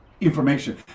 information